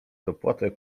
dopłatę